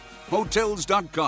Hotels.com